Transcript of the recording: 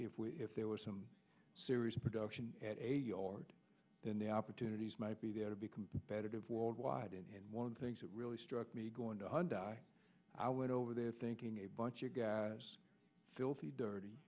if we if there were some serious production at eighty or then the opportunities might be there to be competitive worldwide and one of the things that really struck me going to hunt i i went over there thinking a bunch of guys filthy dirty